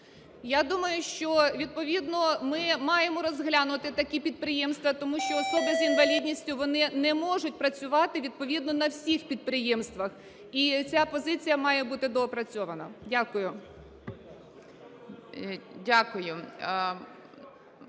Я думаю, що відповідно ми маємо розглянути такі підприємства тому що особи з інвалідністю, вони не можуть працювати відповідно на всіх підприємствах. І ця позиція має бути доопрацьована. Дякую.